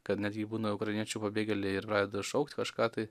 kad netgi būna ukrainiečių pabėgėliai ir pradeda šaukt kažką tai